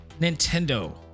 Nintendo